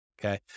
okay